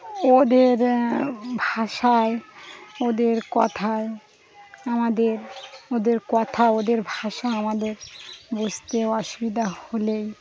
ওদের ভাষায় ওদের কথায় আমাদের ওদের কথা ওদের ভাষা আমাদের বুঝতে অসুবিধা হলেই